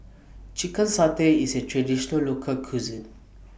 Chicken Satay IS A Traditional Local Cuisine